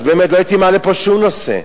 אז באמת לא הייתי מעלה פה שום נושא.